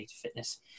fitness